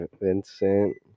Vincent